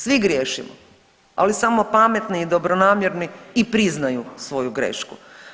Svi griješimo, ali samo pametni i dobronamjerni i priznaju svoju grešku.